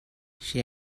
she